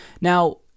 Now